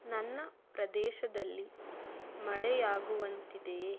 ನನ್ನ ಪ್ರದೇಶದಲ್ಲಿ ಮಳೆಯಾಗುವಂತಿದೆಯೇ